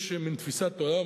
יש מין תפיסת עולם,